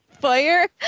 fire